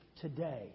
today